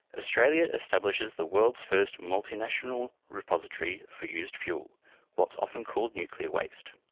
australia establishes the world's first multinational repository for used fuel what's often called nuclear waste.